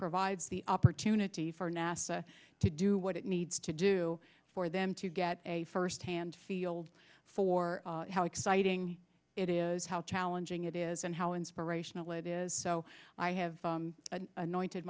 provides the opportunity for nasa to do what it needs to do for them to get a firsthand feel for how exciting it is how challenging it is and how inspirational it is so i have anointed